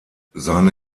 seine